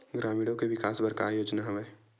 ग्रामीणों के विकास बर का योजना हवय?